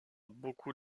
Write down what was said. beaucoup